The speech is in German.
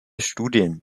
studien